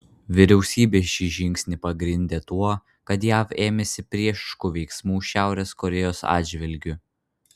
vyriausybė šį žingsnį pagrindė tuo kad jav ėmėsi priešiškų veiksmų šiaurės korėjos atžvilgiu